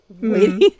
waiting